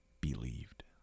believed